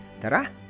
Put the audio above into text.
Tara